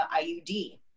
IUD